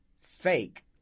fake